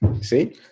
see